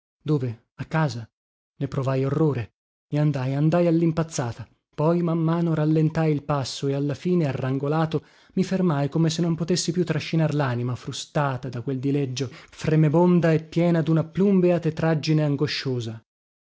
dove a casa ne provai orrore e andai andai allimpazzata poi man mano rallentai il passo e alla fine arrangolato mi fermai come se non potessi più trascinar lanima frustata da quel dileggio fremebonda e piena duna plumbea tetraggine angosciosa